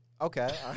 Okay